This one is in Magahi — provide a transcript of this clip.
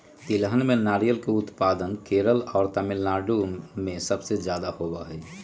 तिलहन में नारियल के उत्पादन केरल और तमिलनाडु में सबसे ज्यादा होबा हई